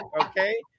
okay